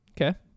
Okay